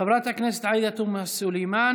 חברת הכנסת עאידה תומא סלימאן,